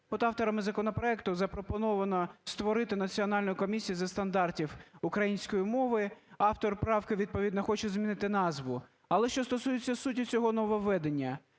От авторами законопроекту запропоновано створити Національну комісію зі стандартів української мови, автор правки відповідно хоче змінити назву. Але що стосується суті цього нововведення.